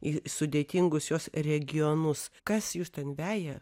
į sudėtingus jos regionus kas jus ten veja